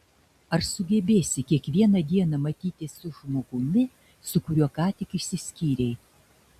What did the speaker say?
ar sugebėsi kiekvieną dieną matytis su žmogumi su kuriuo ką tik išsiskyrei